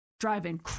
driving